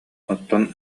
оттон